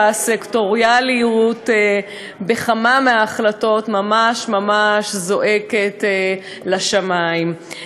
שהסקטוריאליות בכמה מההחלטות בו ממש ממש זועקת לשמים,